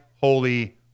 holy